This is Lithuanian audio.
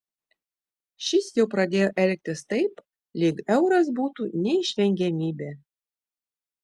šis jau pradėjo elgtis taip lyg euras būtų neišvengiamybė